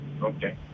Okay